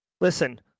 Listen